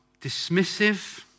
dismissive